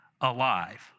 alive